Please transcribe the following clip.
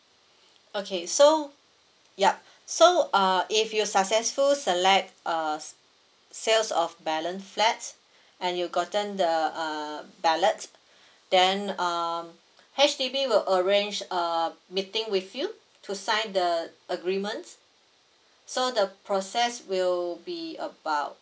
okay so yup so uh if you successful select uh sales of balance flats and you gotten the uh ballot then um H_D_B will arrange a meeting with you to sign the agreement so the process will be about